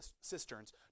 cisterns